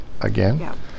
again